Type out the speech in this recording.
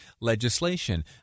legislation